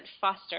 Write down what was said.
foster